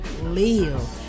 live